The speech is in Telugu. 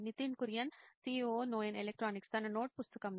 నితిన్ కురియన్ COO నోయిన్ ఎలక్ట్రానిక్స్ తన నోట్ పుస్తకంలో